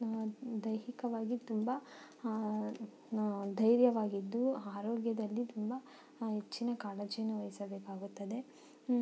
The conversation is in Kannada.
ದೈಹಿಕವಾಗಿ ತುಂಬ ನ ಧೈರ್ಯವಾಗಿದ್ದು ಆರೋಗ್ಯದಲ್ಲಿ ತುಂಬ ಹೆಚ್ಚಿನ ಕಾಳಜಿಯನ್ನು ವಹಿಸಬೇಕಾಗುತ್ತದೆ